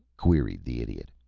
queried the idiot.